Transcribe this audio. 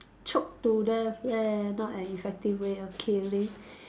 choke to death yeah not an effective way of killing